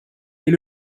est